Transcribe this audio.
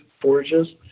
forages